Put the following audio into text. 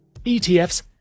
ETFs